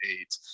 eight